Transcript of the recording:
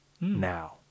Now